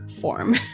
form